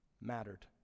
mattered